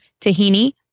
tahini